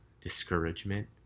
discouragement